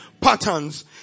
Patterns